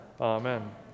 Amen